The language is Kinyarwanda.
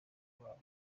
rwabo